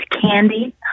candy